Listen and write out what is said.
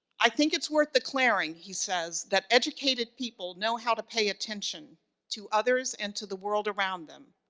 i think it's worth declaring, he says, that educated people know how to pay attention to others and to the world around them.